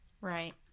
Right